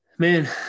Man